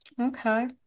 Okay